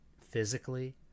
physically